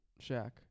Shaq